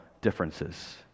differences